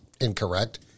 incorrect